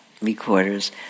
recorders